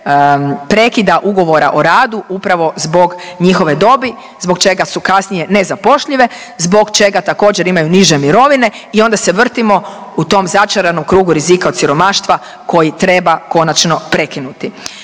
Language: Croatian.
prekida ugovora o radu upravo zbog njihove dobi zbog čega su kasnije nezapošljive, zbog čega također imaju niže mirovine i onda se vrtimo u tom začaranom krugu rizika od siromaštva koji treba konačno prekinuti.